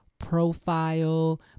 profile